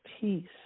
peace